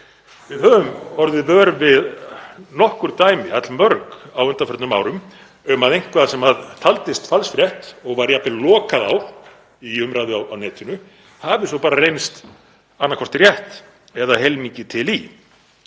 höfum orðið vör við nokkur dæmi, allmörg, á undanförnum árum um að eitthvað sem taldist falsfrétt og var jafnvel lokað á í umræðu á netinu hafi svo bara reynst annaðhvort rétt eða heilmikið til í